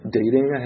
dating